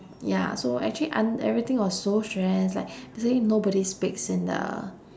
ya so actually an~ everything was so stress like basically nobody speaks in the